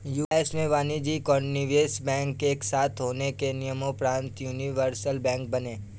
US में वाणिज्यिक और निवेश बैंक एक साथ होने के नियम़ोंपरान्त यूनिवर्सल बैंक बने